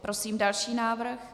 Prosím další návrh.